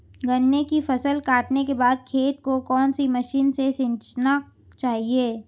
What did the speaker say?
गन्ने की फसल काटने के बाद खेत को कौन सी मशीन से सींचना चाहिये?